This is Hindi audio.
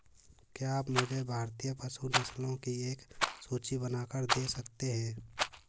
क्या आप मुझे भारतीय पशु नस्लों की एक सूची बनाकर दे सकते हैं?